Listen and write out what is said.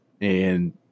and-